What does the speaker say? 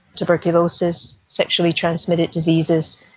tuberculosis, sexually transmitted diseases,